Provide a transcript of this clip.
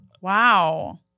Wow